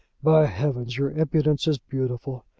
by heavens, your impudence is beautiful.